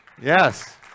Yes